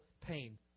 pain